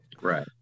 Right